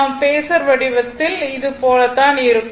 நாம் பேஸர் வடிவத்தில் அது இது போலத்தான் இருக்கும்